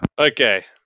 okay